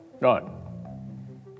none